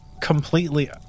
completely